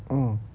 orh